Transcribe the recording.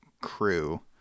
crew